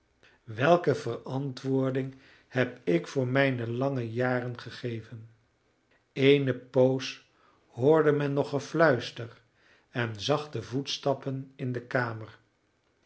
welke verantwoording heb ik voor mijne lange jaren te geven eene poos hoorde men nog gefluister en zachte voetstappen in de kamer